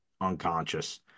unconscious